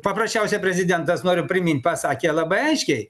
paprasčiausia prezidentas noriu primint pasakė labai aiškiai